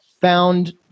found